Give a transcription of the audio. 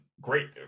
great